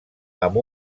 amb